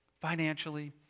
Financially